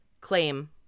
claim